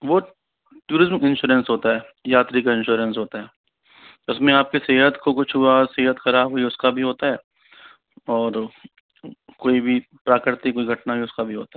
वो tourism insurance होता है यात्री का इंश्योरेंस होता है उसमें आपकी सेहत को कुछ हुआ सेहत ख़राब हुई उसका भी होता है और कोई भी प्राकृतिक दुर्घटना हुई उसका भी होता है